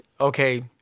okay